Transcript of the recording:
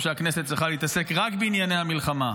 שהכנסת צריכה להתעסק רק בענייני המלחמה,